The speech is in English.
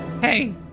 hey